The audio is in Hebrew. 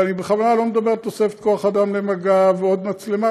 ואני בכוונה לא מדבר על תוספת כוח אדם למג"ב ועל עוד מצלמה,